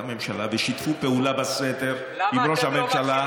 הממשלה ושיתפו פעולה בסתר עם ראש הממשלה.